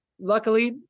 Luckily